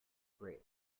grate